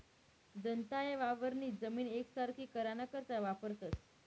दंताये वावरनी जमीन येकसारखी कराना करता वापरतंस